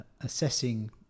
assessing